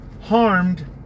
harmed